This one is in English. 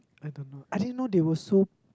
I don't know I didn't know they were so